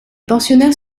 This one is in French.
pensionnaires